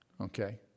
Okay